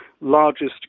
largest